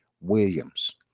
williams